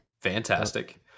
Fantastic